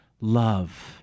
love